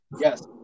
Yes